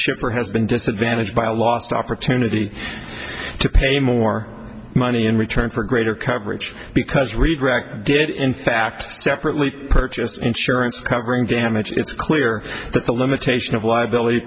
shipper has been disadvantaged by a lost opportunity to pay more money in return for greater coverage because redirect did in fact separately purchase insurance covering damage it's clear that the limitation of liability